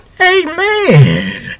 Amen